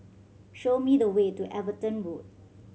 show me the way to Everton Road